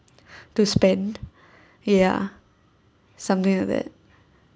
to spend ya something like that